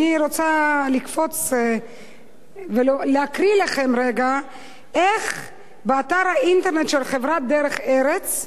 אני רוצה לקפוץ ולהקריא לכם רגע איך באתר האינטרנט של חברת "דרך ארץ",